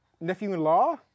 nephew-in-law